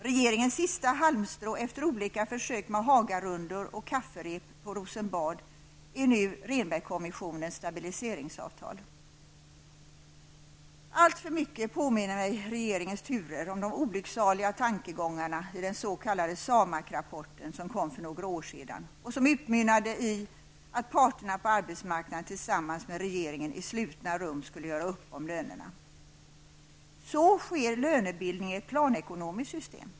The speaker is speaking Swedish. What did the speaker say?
Regeringens sista halmstrå, efter olika försök med Alltför mycket påminner mig regeringens turer om de olycksaliga tankegångarna i den s.k. SAMAK rapporten, som kom för några år sedan och som utmynnade i att parterna på arbetsmarknaden tillsammans med regeringen i slutna rum skulle göra upp om lönerna. Så sker lönebildningen i ett planekonomiskt system.